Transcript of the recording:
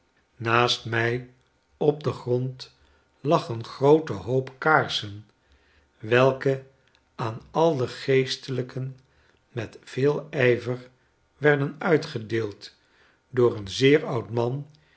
naast mij op den grond lag een groote hoop kaarsen welke aan al de geestelijken met veel ijver werden uitgedeeld door een zeer oud man